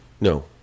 no